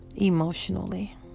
emotionally